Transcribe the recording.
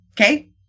Okay